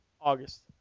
August